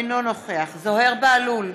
אינו נוכח זוהיר בהלול,